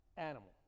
animal